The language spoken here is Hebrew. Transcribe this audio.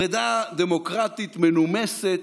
פרידה דמוקרטית, מנומסת,